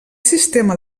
sistema